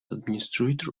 administrator